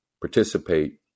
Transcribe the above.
participate